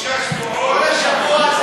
שלושה שבועות,